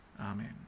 Amen